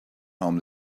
home